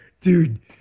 Dude